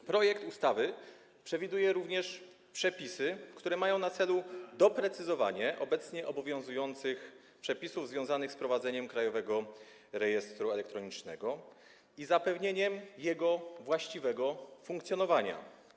W projekcie ustawy przewiduje się również przepisy, które mają na celu doprecyzowanie obecnie obowiązujących przepisów związanych z prowadzeniem krajowego rejestru elektronicznego i zapewnieniem jego właściwego funkcjonowania.